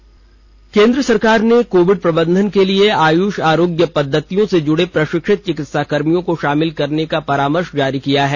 प्रामर्श जारी केंद्र सरकार ने कोविड प्रबंधन के लिए आयुष आरोग्य पद्धतियों से जुडे प्रशिक्षित चिकित्साकर्मियों को शामिल करने का परामर्श जारी किया है